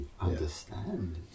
understand